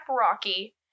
Rocky